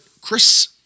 Chris